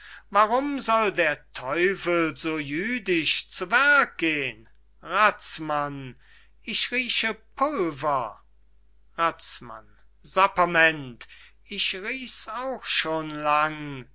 warum soll der teufel so jüdisch zu werk gehn razmann ich rieche pulver razmann sapperment ich riech's auch schon lang